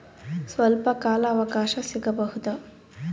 ಸ್ವಲ್ಪ ಕಾಲ ಅವಕಾಶ ಸಿಗಬಹುದಾ?